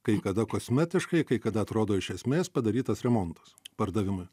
kai kada kosmetiškai kai kada atrodo iš esmės padarytas remontas pardavimui